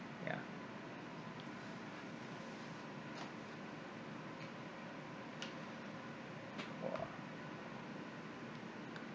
yeah !wah!